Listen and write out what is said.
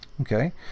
Okay